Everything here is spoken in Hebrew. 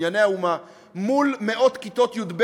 "בנייני האומה" מול מאות כיתות י"ב